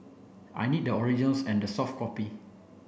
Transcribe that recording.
I need the originals and the soft copy